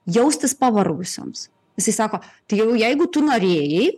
jaustis pavargusioms visi sako tai jau jeigu tu norėjai